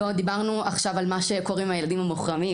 דיברנו על מה שקורה עם הילדים המוחרמים,